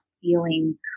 feeling